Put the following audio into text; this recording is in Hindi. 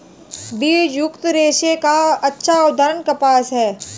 बीजयुक्त रेशे का अच्छा उदाहरण कपास है